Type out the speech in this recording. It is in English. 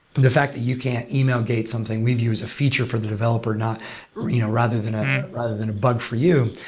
the fact that you can't email-gate something, we've used a feature for the developer you know rather than ah rather than a bug for you,